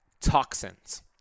toxins